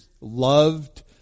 loved